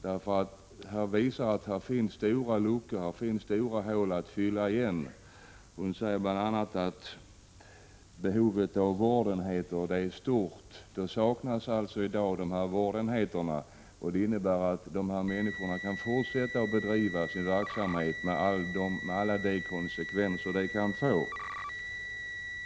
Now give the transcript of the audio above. Det visar nämligen att det finns stora luckor att fylla. Statsrådet säger bl.a. att behovet av vårdenheter är stort. Vårdenheterna saknas alltså i dag, och det innebär att dessa människor kan fortsätta sin verksamhet, med alla konsekvenser det kan få.